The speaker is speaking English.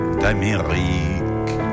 d'Amérique